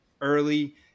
early